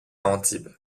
antibes